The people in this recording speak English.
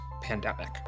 Pandemic